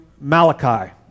Malachi